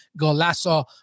golasso